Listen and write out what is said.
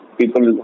people